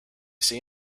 see